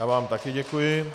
Já vám taky děkuji.